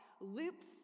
loops